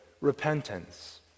repentance